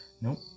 Nope